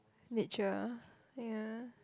nature ya